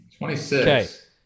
26